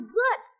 good